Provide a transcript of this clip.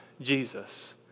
Jesus